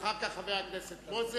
ואחר כך חבר הכנסת מוזס,